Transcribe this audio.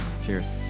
Cheers